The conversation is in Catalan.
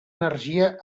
energia